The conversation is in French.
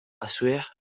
assurèrent